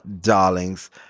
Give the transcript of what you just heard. darlings